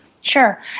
Sure